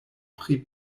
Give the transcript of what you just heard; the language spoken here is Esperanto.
pri